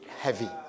heavy